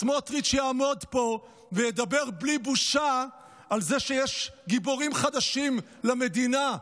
סמוטריץ' יעמוד פה וידבר בלי בושה על זה שיש גיבורים חדשים למדינה.